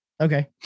Okay